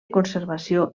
conservació